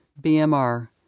BMR